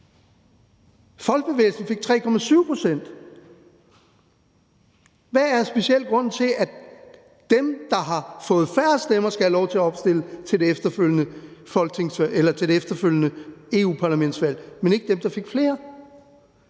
Folkebevægelsen mod EU fik 3,7 pct. Hvad er præcis grunden til, at dem, der har fået færre stemmer, skal have lov til at opstille til det efterfølgende europaparlamentsvalg, men ikke dem, der fik flere